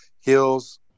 hills